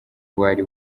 wari